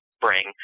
bring